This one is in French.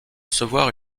recevoir